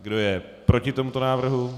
Kdo je proti tomuto návrhu?